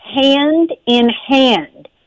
hand-in-hand